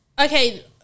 okay